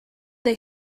they